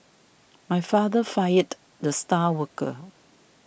my father fired the star worker